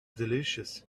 delicious